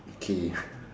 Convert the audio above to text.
okay